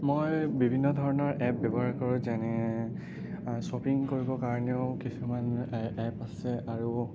মই বিভিন্ন ধৰণৰ এপ ব্যৱহাৰ কৰোঁ যেনে শ্বপিং কৰিবৰ কাৰণেও কিছুমান এপ আছে আৰু